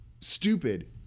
stupid